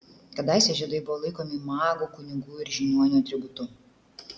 kadaise žiedai buvo laikomi magų kunigų ir žiniuonių atributu